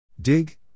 Dig